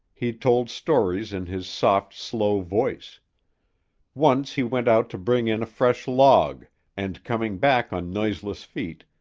he told stories in his soft, slow voice once he went out to bring in a fresh log and, coming back on noiseless feet,